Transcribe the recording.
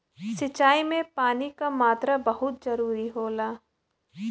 सिंचाई में पानी क मात्रा बहुत जरूरी होला